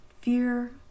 fear